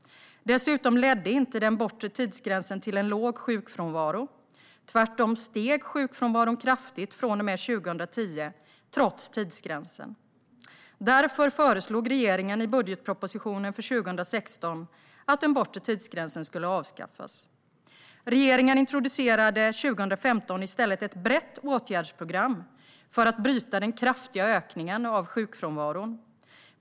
Dessutom ledde inte den bortre tidsgränsen till en låg sjukfrånvaro - tvärtom steg sjukfrånvaron kraftigt från och med 2010 trots tidsgränsen. Därför föreslog regeringen i budgetpropositionen för 2016 att den bortre tidsgränsen skulle avskaffas. Regeringen introducerade 2015 i stället ett brett åtgärdsprogram för att bryta den kraftiga ökningen av sjukfrånvaron.